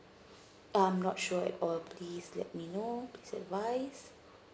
I'm not sure at all please let me know please advise